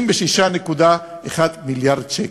56.1 מיליארד שקל.